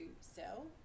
sell